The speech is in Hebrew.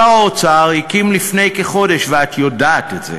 שר האוצר הקים לפני כחודש, ואת יודעת את זה,